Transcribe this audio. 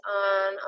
on